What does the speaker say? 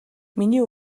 миний